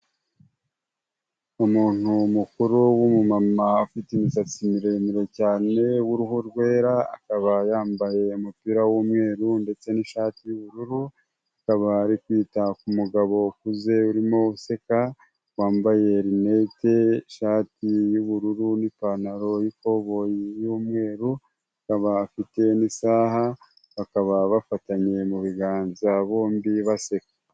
Umuntu mukuru w'umumama ufite imisatsi miremire cyane w'uruhu rwera, akaba yambaye umupira w'umweru ndetse n'ishati y'ubururu, akaba ari kwita ku mugabo ukuze urimo useka, wambaye rinete, ishati y'ubururu n'ipantaro y'ikoboyi y'umweru, akaba afite n'isaha, bakaba bafatanye mu biganza bombi baseka.